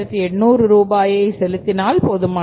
9800 ரூபாயை செலுத்தினால் போதுமானது